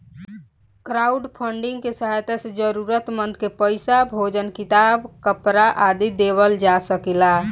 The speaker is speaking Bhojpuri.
क्राउडफंडिंग के सहायता से जरूरतमंद के पईसा, भोजन किताब, कपरा आदि देवल जा सकेला